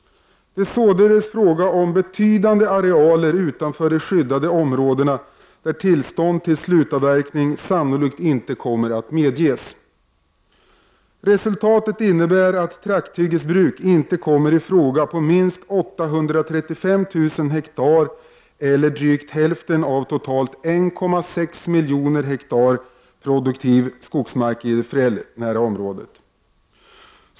Det är således fråga om betydande arealer utanför de skyddade områdena där tillstånd till slutavverkning sannolikt inte kommer att medges. Resultatet innebär att trakthyggesbruk inte kommer i fråga på minst 835 000 hektar eller drygt hälften av totalt 1,6 miljoner hektar produktiv skogsmark i det fjällnära området.